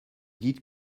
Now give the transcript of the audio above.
dites